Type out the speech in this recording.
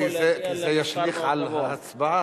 כי זה ישליך על ההצבעה,